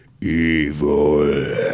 evil